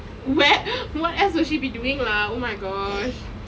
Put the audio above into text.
well what else would she be doing lah oh my gosh